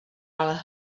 ale